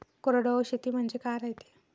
कोरडवाहू शेती म्हनजे का रायते?